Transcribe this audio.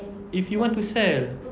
if you want to sell